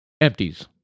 empties